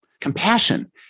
Compassion